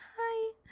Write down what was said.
hi